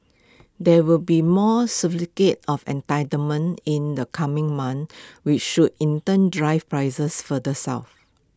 there will be more certificates of entitlement in the coming months which should in turn drive prices further south